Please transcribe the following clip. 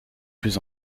plus